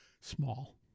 small